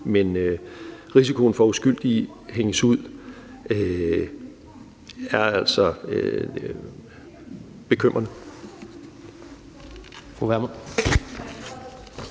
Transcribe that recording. Men risikoen for, at uskyldige hænges ud, er altså bekymrende.